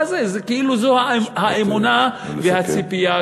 מה זה, זה כאילו זו האמונה, נא לסכם.